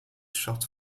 shot